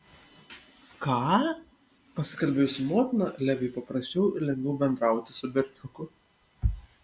ką pasikalbėjus su motina leviui paprasčiau ir lengviau bendrauti su berniuku